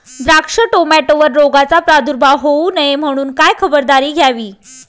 द्राक्ष, टोमॅटोवर रोगाचा प्रादुर्भाव होऊ नये म्हणून काय खबरदारी घ्यावी?